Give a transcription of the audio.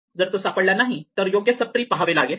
जर तो सापडला नाही तर योग्य सब ट्री पहावे लागेल